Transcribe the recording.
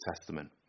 Testament